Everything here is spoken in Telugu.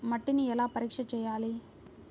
మట్టిని ఎలా పరీక్ష చేయాలి?